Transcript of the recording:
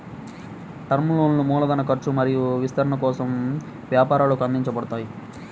term లోన్లు మూలధన ఖర్చు మరియు విస్తరణ కోసం వ్యాపారాలకు అందించబడతాయి